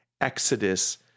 exodus